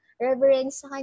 reverence